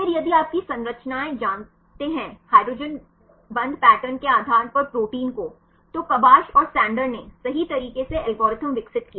फिर यदि आपकी संरचनाओं जानते है हाइड्रोजन बंध पैटर्न के आधार पर प्रोटीन को तो कबास्च और सैंडर ने सही तरीके से एल्गोरिथम विकसित किया